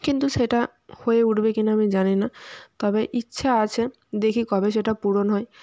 কিন্তু সেটা হয়ে উঠবে কি না আমি জানি না তবে ইচ্ছা আছে দেখি কবে সেটা পূরণ হয়